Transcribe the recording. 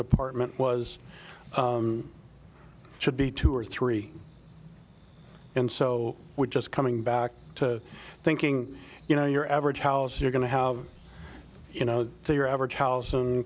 apartment was should be two or three and so we're just coming back to thinking you know your average house you're going to have you know your average house